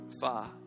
far